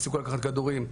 הפסיקו לקחת כדורים,